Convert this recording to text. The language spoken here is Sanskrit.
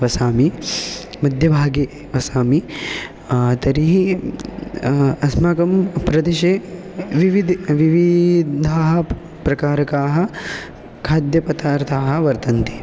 वसामि मध्यभागे वसामि तर्हि अस्माकं प्रदेशे विविधे विविधाः प्रकारकाः खाद्यपदार्थाः वर्तन्ते